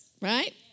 Right